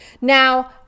Now